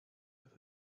with